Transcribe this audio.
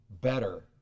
better